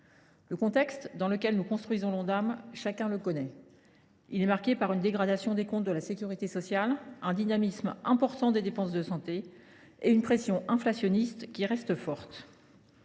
le contexte dans lequel nous construisons cet objectif est marqué par une dégradation des comptes de la sécurité sociale, un dynamisme marqué des dépenses de santé et une pression inflationniste qui reste forte.